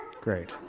Great